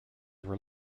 were